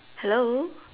hello